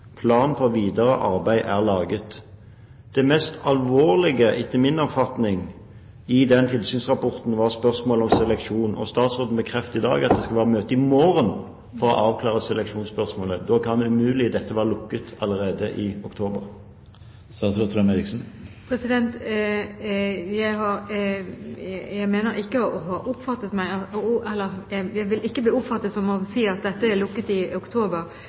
Plan for videre arbeid er laget. Det mest alvorlige, etter min oppfatning, i den tilsynsrapporten var spørsmålet om seleksjon, og statsråden bekrefter i dag at det skal være et møte i morgen for å avklare seleksjonsspørsmålet. Da kan umulig dette være lukket allerede i oktober. Jeg vil ikke bli oppfattet som å ha sagt at dette var lukket i oktober. Men man begynte allerede da den foreløpige rapporten kom, med å lukke avvikene. Det er